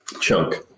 Chunk